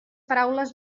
paraules